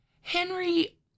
Henry